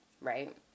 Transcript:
Right